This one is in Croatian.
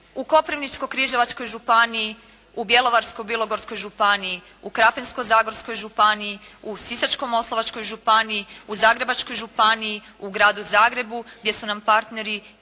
u Koprivničko-križevačkoj županiji, u Bjelovarsko-bilogorskoj županiji, u Krapinsko-zagorskoj županiji, u Sisačko-moslavačkoj županiji, u Zagrebačkoj županiji, u Gradu Zagrebu gdje su nam partneri